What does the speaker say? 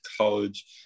college